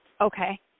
Okay